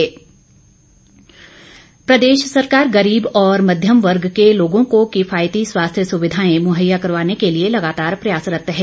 सरवीण प्रदेश सरकार गरीब और मध्यम वर्ग के लोगों को किफायती स्वास्थ्य सुविधाएं मुहैया करवाने के लिए लगातार प्रयासरत्त है